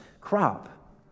crop